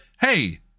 hey